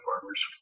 farmers